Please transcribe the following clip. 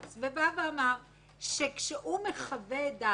ואמר שכשהוא חווה את דעתו,